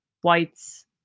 whites